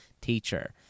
teacher